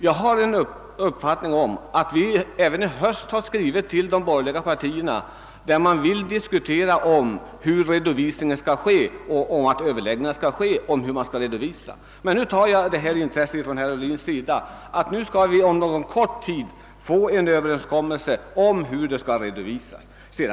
Jag har emellertid för mig att vi även i höstas skrev till de borgerliga partierna och inbjöd till en diskussion om hur redovisningen skulle ske. Men nu tar jag alltså detta intresse från herr Ohlins sida som ett tecken på att vi inom kort skall kunna träffa en överenskommelse om hur en sådan redovisning skall ske.